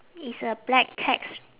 it's a black text